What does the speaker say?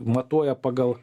matuoja pagal